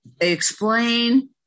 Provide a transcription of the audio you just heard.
explain